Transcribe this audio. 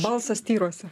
balsas tyruose